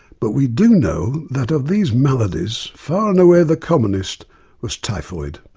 but we do know that of these maladies far and away the commonest was typhoid,